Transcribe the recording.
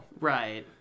Right